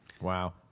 Wow